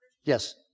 Yes